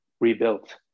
rebuilt